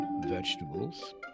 vegetables